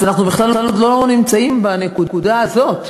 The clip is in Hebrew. אנחנו בכלל עוד לא נמצאים בנקודה הזאת,